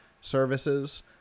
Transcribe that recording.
services